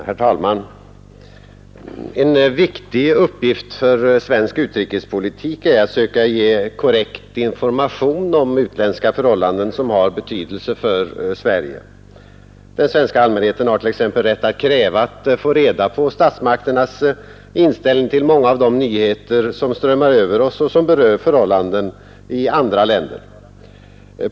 Herr talman! En viktig uppgift för svensk utrikespolitik är att söka ge korrekt information om utländska förhållanden som har betydelse för Sverige. Den svenska allmänheten har t.ex. rätt att kräva att få reda på statsmakternas inställning till många av de väsentligaste nyheterna som strömmar över oss och som berör förhållanden i andra länder.